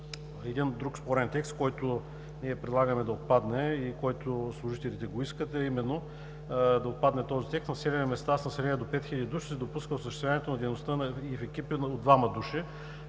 Един друг спорен текст, който предлагаме да отпадне и който служителите го искат, е именно да отпадне този текст – в населени места с население до 5 хиляди души се допуска осъществяването на дейността и в екип от двама души.